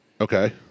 Okay